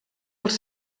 als